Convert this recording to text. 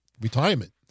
retirement